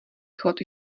chod